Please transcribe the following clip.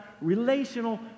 relational